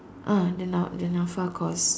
ah the na~ the Nafa course